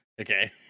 Okay